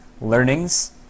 learnings